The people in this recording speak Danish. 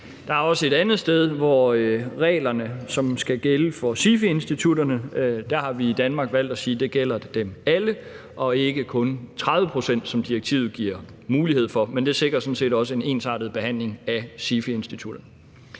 Danmark i forhold til reglerne, som skal gælde for SIFI-institutterne, har valgt at sige, at det gælder dem alle og ikke kun 30 pct., som direktivet giver mulighed for. Det sikrer sådan set også en ensartet behandling af SIFI-institutterne.